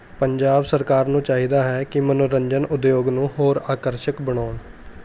ਪੰਜਾਬ ਸਰਕਾਰ ਨੂੰ ਚਾਹੀਦਾ ਹੈ ਕਿ ਮਨੋਰੰਜਨ ਉਦਯੋਗ ਨੂੰ ਹੋਰ ਆਕਰਸ਼ਕ ਬਣਾਉਣ